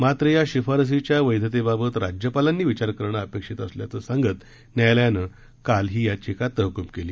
मात्र या शिफारसीच्या वैधतेबाबत राज्यपालांनी विचार करणं अपेक्षित असल्याचं सांगत न्यायालयानं काल ही याचिका तहकूब केली